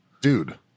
dude